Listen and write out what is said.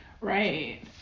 Right